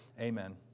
Amen